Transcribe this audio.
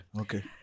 okay